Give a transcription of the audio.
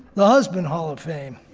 the husband hall of fame,